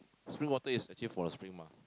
spring water is actually is from the spring mah